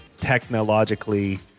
technologically